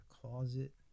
closet